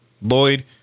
Lloyd